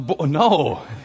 No